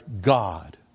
God